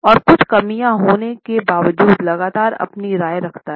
और कुछ कमियों के होने के बावजूद लगातार अपनी राय रखता हैं